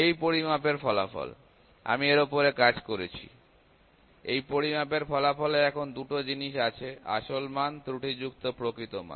এই পরিমাপের ফলাফল আমি এর উপর কাজ করেছি এই পরিমাপের ফলাফলে এখন দুটো জিনিস আছে আসল মান ত্রুটি যুক্ত প্রকৃত মান